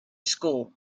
school